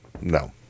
No